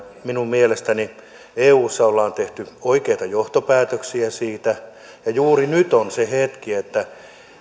minun mielestäni eussa on tehty oikeita johtopäätöksiä siitä ja juuri nyt on se hetki että